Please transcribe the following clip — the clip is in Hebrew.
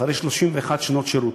אחרי 31 שנות שירות.